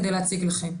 כדי להציג לכם.